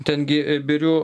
ten gi birių